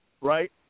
right